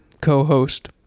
co-host